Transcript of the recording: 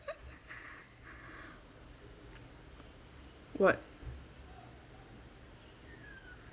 what